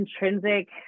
intrinsic